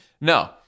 No